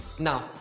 now